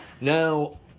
Now